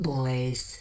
Boys